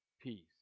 peace